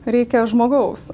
reikia žmogaus